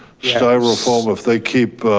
so i recall if they keep,